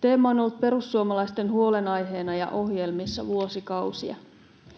Teema on ollut perussuomalaisten huolenaiheena ja ohjelmissa vuosikausia.